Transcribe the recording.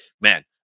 man